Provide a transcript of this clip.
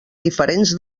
diferents